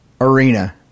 arena